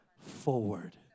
forward